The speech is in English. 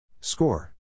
Score